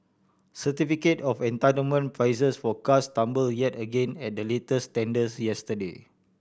certificate of entitlement prices for cars tumble yet again at the latest tenders yesterday